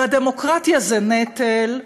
והדמוקרטיה היא נטל,